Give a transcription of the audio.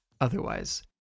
otherwise